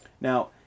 Now